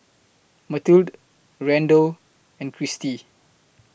Mathilde Randell and Christie